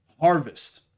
harvest